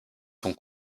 sont